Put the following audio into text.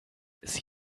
sie